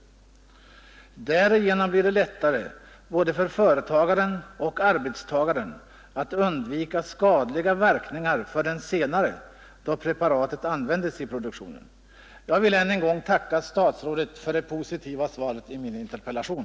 Därigenom blir det lättare både för företagaren och arbetstagaren att undvika skadliga verkningar för den senare då preparatet användes i produktionen. Jag vill än en gång tacka statsrådet för det positiva svaret på min interpellation.